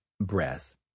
breath